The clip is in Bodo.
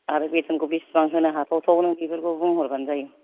आरो बेथ'नखौ बेसेबां होनो हाथावथाव नों बेफोरखौ बुंहरबानो जायो